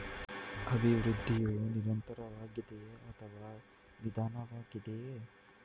ಅಭಿವೃದ್ಧಿಯು ನಿರಂತರವಾಗಿದೆಯೇ ಅಥವಾ ನಿಧಾನವಾಗಿದೆಯೇ?